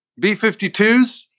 B-52s